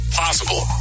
possible